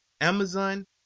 Amazon